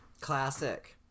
classic